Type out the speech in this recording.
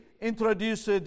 introduced